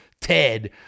Ted